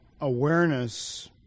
Awareness